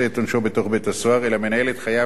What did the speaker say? אלא מנהל את חייו מחוץ לכותלי בית-הסוהר